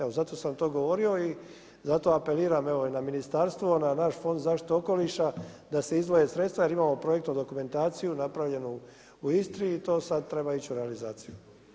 Evo zato sam to govorio i zato apeliram i na ministarstvo i na naš Fond zaštite okoliša da se izdvoje sredstva jer imamo projektnu dokumentaciju napravljenu u Istri i to sada treba ići u realizaciju.